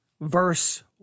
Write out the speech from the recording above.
verse